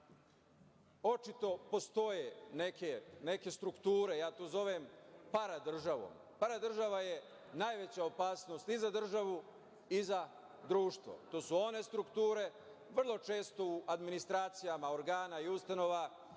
postoje neke strukture, ja to zovem paradržavom. Paradržava je najveća opasnost i za državu i za društvo. To su one strukture vrlo često u administracijama organa i ustanova